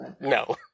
No